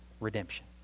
redemption